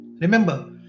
remember